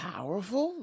Powerful